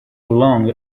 long